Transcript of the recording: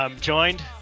Joined